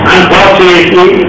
Unfortunately